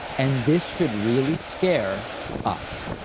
and this should really scare us.